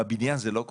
בבניין זה לא קורה.